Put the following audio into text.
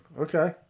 okay